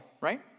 right